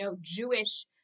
Jewish